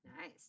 Nice